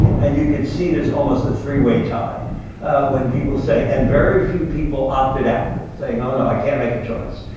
and you could see there's almost a three way tie when people say. and very few people opted out, saying oh no, i can't make a choice.